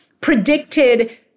predicted